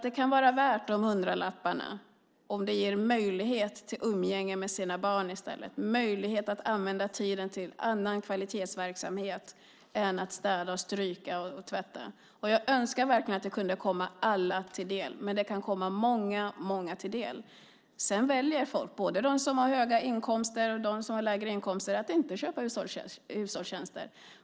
Det kan vara värt de hundralapparna om det ger möjlighet till umgänge med barnen i stället. Det kan ge möjlighet att använda tiden till annan kvalitetsverksamhet än att städa, stryka och tvätta. Jag önskar verkligen att det kunde komma alla till del, men det kan ändå komma många till del. Sedan kan folk, både de som har höga inkomster och de som har lägre inkomster, välja att inte köpa hushållstjänster.